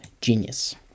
genius